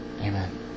Amen